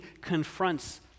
confronts